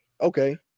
Okay